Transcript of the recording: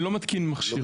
אני לא מתקין מכשיר,